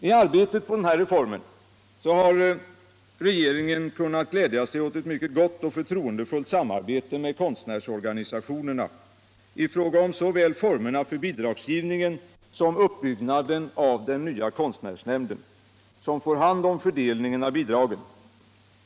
I arbetet på denna reform har regeringen kunnat glädja sig åt ett mycket gott och förtroendefullt samarbete med konstnärsorganisationerna i fråga om såväl formerna för bidragsgivningen som uppbyggnaden av den nya konstnärsnämnden. som får hand om fördelningen av bidragen.